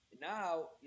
Now